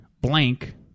blank